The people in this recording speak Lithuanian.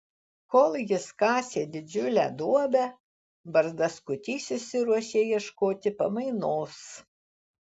kol jis kasė didžiulę duobę barzdaskutys išsiruošė ieškoti pamainos